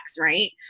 right